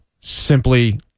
simply